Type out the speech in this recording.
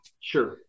Sure